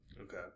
Okay